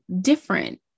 different